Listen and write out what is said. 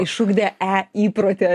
išugdė e įprotį